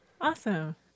Awesome